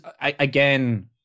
again